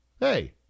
Hey